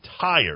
tired